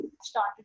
started